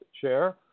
chair